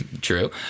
True